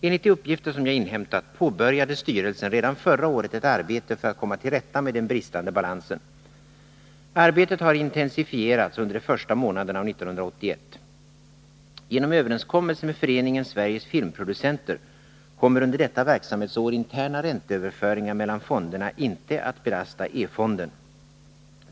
Enligt de uppgifter som jag inhämtat påbörjade styrelsen redan förra året ett arbete för att komma till rätta med den bristande balansen. Arbetet har intensifierats under de första månaderna av 1981. Genom överenskommelse med Föreningen Sveriges filmproducenter kommer under detta verksamhetsår interna ränteöverföringar mellan fonderna inte att belasta E-fonden.